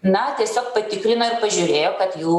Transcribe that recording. na tiesiog patikrino ir pažiūrėjo kad jų